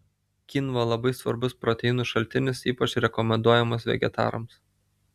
kynva labai svarbus proteinų šaltinis ypač rekomenduojamas vegetarams